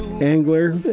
angler